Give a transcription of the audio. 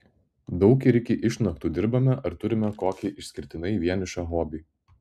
daug ir iki išnaktų dirbame ar turime kokį išskirtinai vienišą hobį